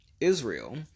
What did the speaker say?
Israel